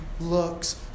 looks